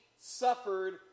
suffered